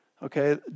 Okay